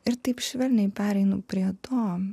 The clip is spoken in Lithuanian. ir taip švelniai pereinu prie to